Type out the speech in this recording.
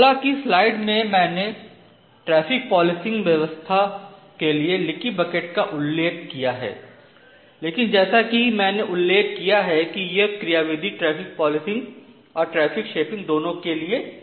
हालांकि स्लाइड में मैंने ट्रैफिक पोलिसिंग व्यवस्था के लिए लीकी बकेट का उल्लेख किया है लेकिन जैसा कि मैंने उल्लेख किया है कि यह क्रियाविधि ट्रैफिक पोलिसिंग और ट्रैफिक शेपिंग दोनों के लिए है